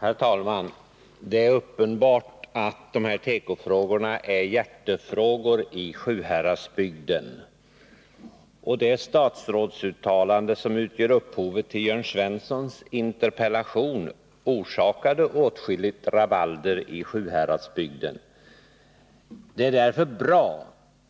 Herr talman! Det är uppenbart att de här tekofrågorna är hjärtefrågor i Sjuhäradsbygden, och det statsrådsuttalande som utgör upphovet till Jörn Svenssons interpellation orsakade åtskilligt rabalder i Sjuhäradsbygden. Det är därför bra